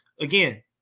again